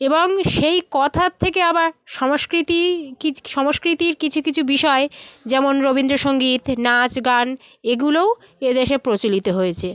এবং সেই কথার থেকে আবার সংস্কৃতি সংস্কৃতির কিছু কিছু বিষয় যেমন রবীন্দ্র সংগীত নাচ গান এগুলোও এদেশে প্রচলিত হয়েছে